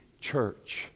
church